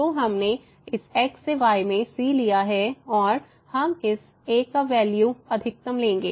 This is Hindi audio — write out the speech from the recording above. तो हमने इस x से y में c लिया है और हम इस एक का वैल्यू अधिकतम लेंगे